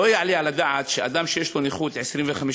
לא יעלה על הדעת שאדם שיש לו נכות 25%,